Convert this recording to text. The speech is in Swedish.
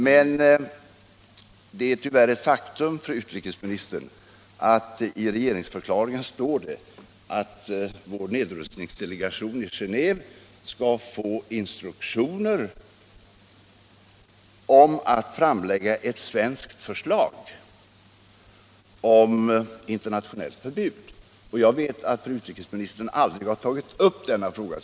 Men det är tyvärr ett faktum, fru utrikesministern, att i regeringsförklaringen står det att Sveriges nedrustningsdelegation i Genéve skall få instruktioner att framlägga ett svenskt förslag om internationellt exportförbud. Jag vet att fru utrikesministern sedan aldrig har tagit upp denna fråga.